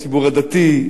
הציבור הדתי,